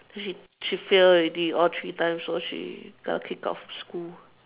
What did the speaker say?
then she she fail already all three times then she kena kicked out from school